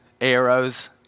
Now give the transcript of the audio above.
arrows